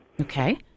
Okay